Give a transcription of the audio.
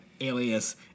alias